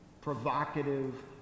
provocative